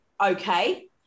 okay